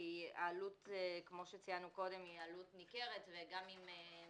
כי העלות כמו שציינו קודם היא עלות ניכרת -- לא,